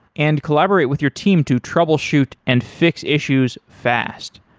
and collaborate with your team to troubleshoot and fix issues fast.